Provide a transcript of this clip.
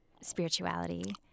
spirituality